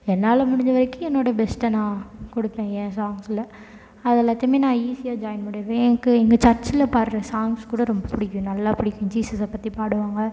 என்னால் முடிஞ்ச வரைக்கும் என்னோடய பெஸ்ட்டை நான் கொடுப்பேன் என் சாங்ஸில் அது எல்லாத்தையுமே நான் ஈஸியாக ஜாயின் பண்ணிடுவேன் என்க்கு எங்கள் சர்ச்சில் பாடுற சாங்ஸ் கூட ரொம்ப பிடிக்கும் நல்லா பிடிக்கும் ஜீசஸை பற்றி பாடுவாங்க